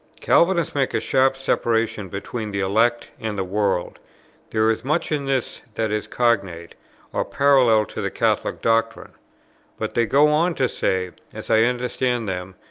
calvinists make a sharp separation between the elect and the world there is much in this that is cognate or parallel to the catholic doctrine but they go on to say, as i understand them,